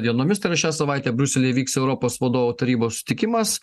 dienomis tai yra šią savaitę briuselyje vyks europos vadovų tarybos susitikimas